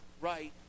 right